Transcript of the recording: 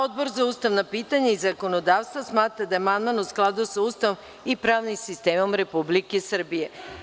Odbor za ustavna pitanja i zakonodavstvo smatra da je amandman u skladu sa Ustavom i pravnim sistemom Republike Srbije.